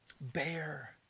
Bear